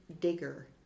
digger